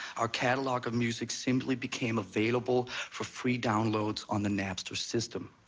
our catalog of music simply became available for free downloads on the napster system.